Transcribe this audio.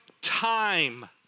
time